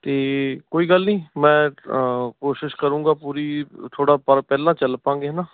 ਅਤੇ ਕੋਈ ਗੱਲ ਨਹੀਂ ਮੈਂ ਕੋਸ਼ਿਸ਼ ਕਰਾਂਗਾ ਪੂਰੀ ਥੋੜ੍ਹਾ ਪਰ ਪਹਿਲਾਂ ਚੱਲ ਪਵਾਂਗੇ ਨਾ